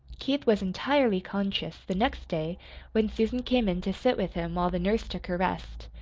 keith was entirely conscious the next day when susan came in to sit with him while the nurse took her rest.